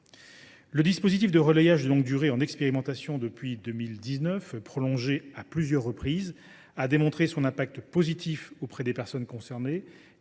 Le dispositif de relayage de longue durée, qui est en expérimentation depuis 2019 et qui a été prolongé à plusieurs reprises, a démontré son impact positif auprès des personnes concernées,